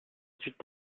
études